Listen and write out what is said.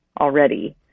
already